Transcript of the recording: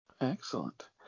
Excellent